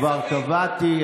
כבר קבעתי.